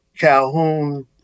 Calhoun